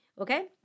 Okay